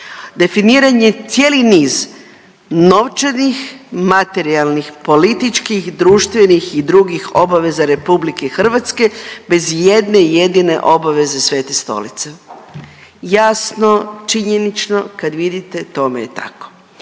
definiran je cijeli niz novčanih, materijalnih, političkih, društvenih i drugih obaveza RH bez ijedne jedine obaveze Svete Stolice. Jasno, činjenično kad vidite tome je tako.